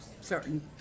certain